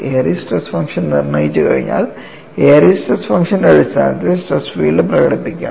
Airy's stress function നിർണ്ണയിച്ചുകഴിഞ്ഞാൽ Airy's stress ഫംഗ്ഷന്റെ അടിസ്ഥാനത്തിൽ സ്ട്രെസ് ഫീൽഡ് പ്രകടിപ്പിക്കാം